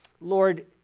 Lord